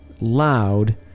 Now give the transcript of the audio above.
loud